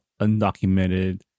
undocumented